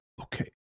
okay